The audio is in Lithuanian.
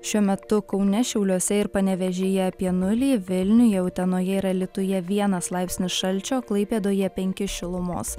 šiuo metu kaune šiauliuose ir panevėžyje apie nulį vilniuje utenoje ir alytuje vienas laipsnis šalčio klaipėdoje penki šilumos